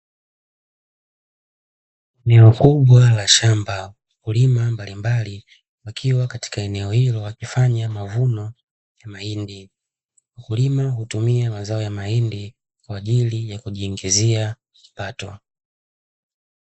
Eneo kubwa la shamba wakulima mbalimbali wakiwa katika eneo hilo wakifanya mavuno ya mahindi. Mkulima hutumia zao la mahindi kwa ajili ya kujiingizia kipato.